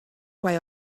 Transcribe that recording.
why